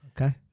Okay